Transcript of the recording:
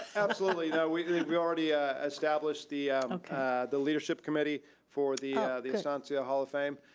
absolutely. yeah we we already ah established the the leadership committee for the yeah the estancia hall of fame.